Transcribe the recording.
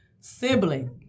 Sibling